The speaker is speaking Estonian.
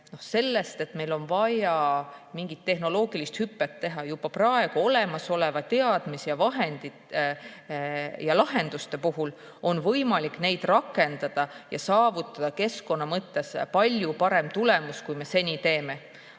sellest, et meil on vaja mingit tehnoloogilist hüpet teha. Juba praegu olemasolevaid teadmisi, vahendeid ja lahendusi on võimalik rakendada ning saavutada keskkonna mõttes palju parem tulemus kui seni.